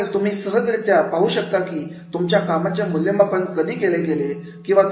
तर तुम्ही सहजरित्या पाहू शकता की तुमच्या कामाचे मूल्यमापन कधी केले गेले आहे